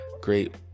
great